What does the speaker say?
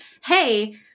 hey